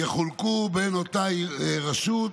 יחולקו בין אותה רשות